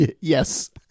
yes